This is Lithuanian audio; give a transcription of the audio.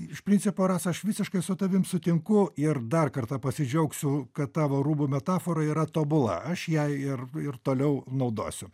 iš principo rasa aš visiškai su tavim sutinku ir dar kartą pasidžiaugsiu kad tavo rūbų metafora yra tobula aš ją ir ir toliau naudosiu